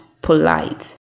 polite